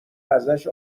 ازش